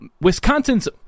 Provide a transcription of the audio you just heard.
Wisconsin's